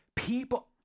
People